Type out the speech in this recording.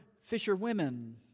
fisherwomen